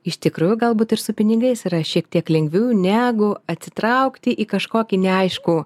iš tikrųjų galbūt ir su pinigais yra šiek tiek lengviau negu atsitraukti į kažkokį neaiškų